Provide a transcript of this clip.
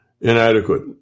inadequate